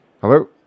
Hello